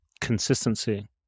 Consistency